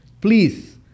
Please